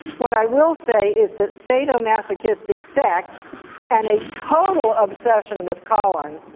what i will say is that sadomasochistic sex and a total obsession with colin,